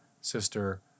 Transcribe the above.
sister